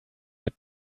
mit